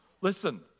Listen